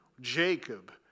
Jacob